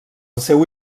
seu